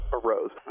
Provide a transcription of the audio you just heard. arose